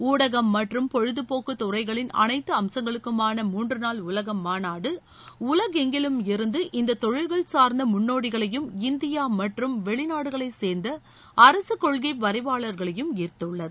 ஊடகம் மற்றும் பொழுதபோக்கு துறைகளின் அனைத்து அம்சங்களுக்குமான மூன்றுநாள் உலக மாநாடு உலகெங்கிலுமிருந்து இந்த தொழில்கள் சார்ந்த முன்னோடிகளையும் இந்தியா மற்றும் வெளிநாடுகளைச் சேர்ந்த அரசு கொள்கை வரைவாளர்களையும் ஈர்த்துள்ளது